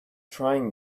trying